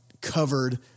covered